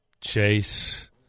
Chase